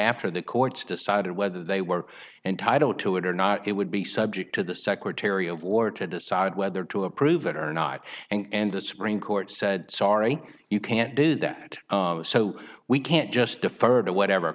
after the courts decided whether they were entitled to it or not it would be subject to the secretary of war to decide whether to approve it or not and the supreme court said sorry you can't do that so we can't just defer to whatever